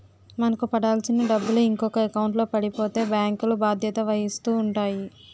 మనకు పడాల్సిన డబ్బులు ఇంకొక ఎకౌంట్లో పడిపోతే బ్యాంకులు బాధ్యత వహిస్తూ ఉంటాయి